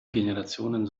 generationen